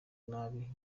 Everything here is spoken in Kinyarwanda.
nabi